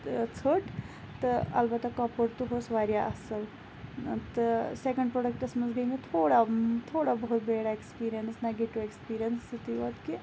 ژھٔٹۍ تہٕ اَلبَتہ کَپُر تہٕ ہہُ اوس واریاہ اَصل تہٕ سیٚکَنٛڈ پروڈَکٹَس مَنٛز گٔے مےٚ تھوڑا تھوڑا بہت بیٚڑ ایٚکٕسپیٖرینٕس نگیٹِو ایٚکٕسپیٖرینٕس یُتٕے یوت کہِ